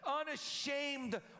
unashamed